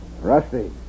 Rusty